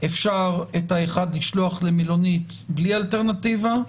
אפשר את האחד לשלוח למלונית בלי אלטרנטיבה,